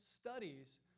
studies